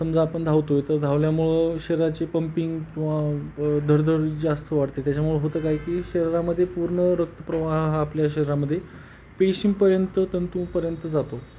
समजा आपण धावतो आहे तर धावल्यामुळं शरीराचे पंपिंग किंवा धडधड जी असते वाटते त्याच्यामुळं होतं काय की शरीरामध्ये पूर्ण रक्तप्रवाह हा आपल्या शरीरामध्ये पेशींपर्यंत तंतूपर्यंत जातो